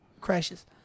crashes